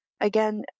Again